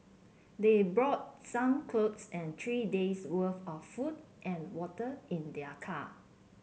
they brought some clothes and three day's worth of food and water in their car